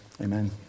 Amen